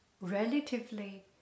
relatively